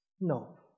No